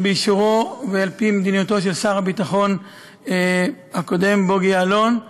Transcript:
באישורו ועל-פי מדיניותו של שר הביטחון הקודם בוגי יעלון,